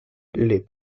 les